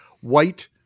White